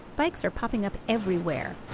bikes are popping up everywhere.